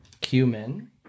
cumin